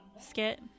skit